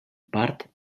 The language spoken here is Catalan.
part